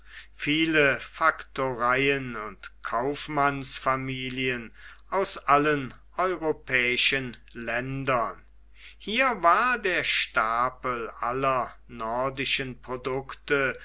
viele faktoreien und kaufmannsfamilien aus allen europäischen ländern hier war der stapel aller nordischen produkte